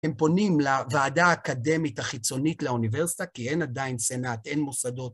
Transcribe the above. הם פונים לוועדה האקדמית החיצונית לאוניברסיטה כי אין עדיין סנאט, אין מוסדות.